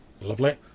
Lovely